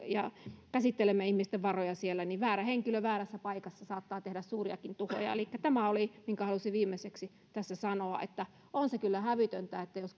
ja käsittelemme ihmisten varoja siellä niin väärä henkilö väärässä paikassa saattaa tehdä suuriakin tuhoja elikkä tämä oli minkä halusin viimeiseksi sanoa että on se kyllä hävytöntä jos